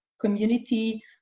community